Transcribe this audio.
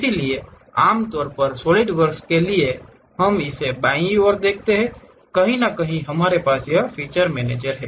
इसलिए आमतौर पर सॉलिडवर्क्स के लिए हम इसे बाईं ओर देखते हैं कहीं न कहीं हमारे पास यह फीचर मैनेजर है